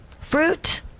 Fruit